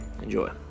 enjoy